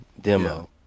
demo